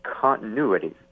continuity